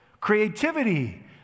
creativity